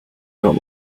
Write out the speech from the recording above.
not